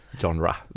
Genre